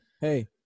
hey